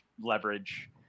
leverage